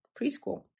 preschool